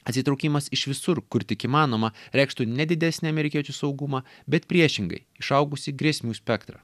atsitraukimas iš visur kur tik įmanoma reikštų ne didesnį amerikiečių saugumą bet priešingai išaugusį grėsmių spektrą